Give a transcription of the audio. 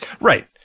right